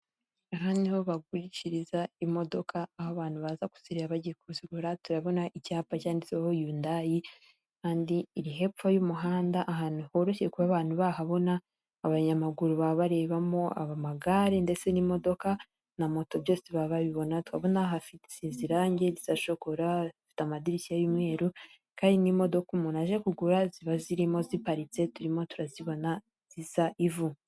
Aha niho bagushiriza imodoka aho abantu baza kuzireba bagiye kuzigura. Turabona icyapa cyanyanditseho yu ndayi iri hepfo y'umuhanda ahantu horoshye kuba abantu bahabona abanyamaguru baba barebamo, amagare ndetse n'imodoka na moto byose babibona turabona hafiteze irangi risa shokora afite amadirishya y'umweru kandi n'imodoka umuntu aje kugura ziba zirimo ziparitse turimo turazimo turazibona zzisa ivu.